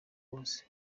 wose